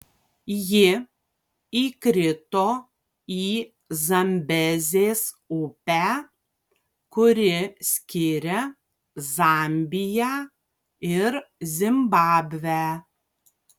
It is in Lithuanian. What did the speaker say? ji įkrito į zambezės upę kuri skiria zambiją ir zimbabvę